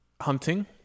hunting